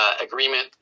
agreement